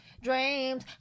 dreams